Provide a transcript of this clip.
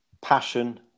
passion